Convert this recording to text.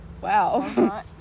Wow